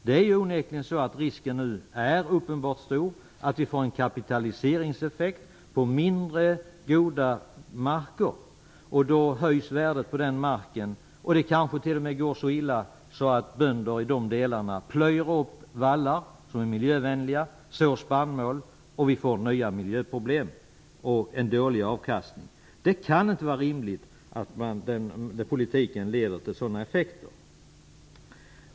Det är onekligen så att risken är uppenbart stor att vi får en kapitaliseringseffekt på mindre goda marker, och då höjs värdet på den marken. Det kanske t.o.m. går så illa att bönder i de delarna plöjer upp vallar som är mijövänliga, sår spannmål, och vi får nya miljöproblem och en dålig avkastning. Det kan inte vara rimligt att politiken leder till sådana effekter.